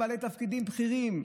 בעלי תפקידים בכירים,